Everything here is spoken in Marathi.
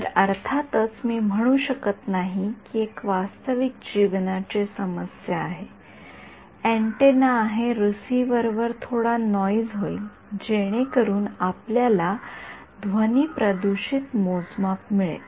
तर अर्थातच मी म्हणू शकत नाही ही एक वास्तविक जीवनाची समस्या आहे अँटीना आहे रिसीव्हर वर थोडा नॉइज होईल जेणेकरून आपल्याला ध्वनी दूषित मोजमाप मिळेल